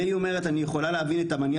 והיא אומרת: אני יכולה להביא את המניע